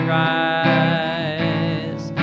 rise